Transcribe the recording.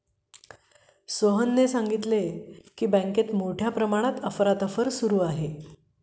सोहनने सांगितले की, बँकेत मोठ्या प्रमाणात अफरातफरीचे काम सुरू आहे